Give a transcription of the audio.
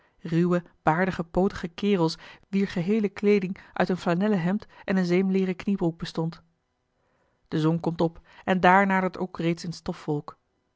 ruwe baardige pootige kerels wier geheele kleeding uit een flanellen hemd en eene zeemleeren kniebroek bestond eli heimans willem roda de zon komt op en daar nadert ook reeds eene